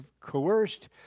coerced